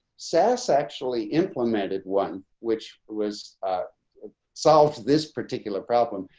sas actually implemented one which was solve this particular problem.